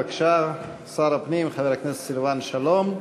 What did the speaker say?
בבקשה, שר הפנים חבר הכנסת סילבן שלום.